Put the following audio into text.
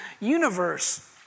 universe